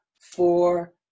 four